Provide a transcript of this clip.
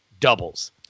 doubles